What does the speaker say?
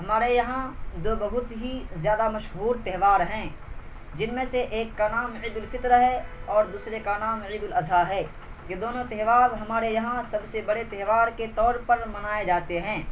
ہمارے یہاں دو بہت ہی زیادہ مشہور تہوار ہیں جن میں سے ایک کا نام عید الفطر ہے اور دوسرے کا نام عید الاضحیٰ ہے یہ دونوں تہوار ہمارے یہاں سب سے بڑے تہوار کے طور پر منائے جاتے ہیں